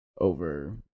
over